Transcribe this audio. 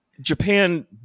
Japan